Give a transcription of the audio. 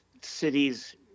cities